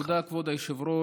תודה, כבוד היושב-ראש.